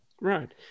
right